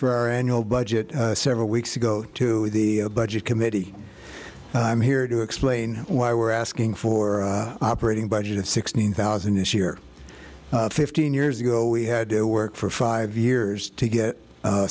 for our annual budget several weeks ago to the budget committee and i'm here to explain why we're asking for operating budget of sixteen thousand this year fifteen years ago we had to work for five years to get